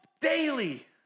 Daily